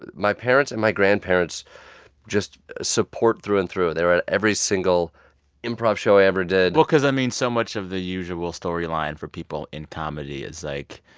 but my parents and my grandparents just support through and through. they were at every single improv show i ever did well, cause, i mean, so much of the usual storyline for people in comedy is, like,